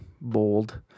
bold